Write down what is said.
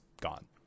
gone